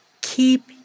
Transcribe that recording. keep